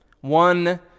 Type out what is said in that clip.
One